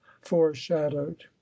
foreshadowed